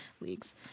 leagues